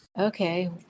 Okay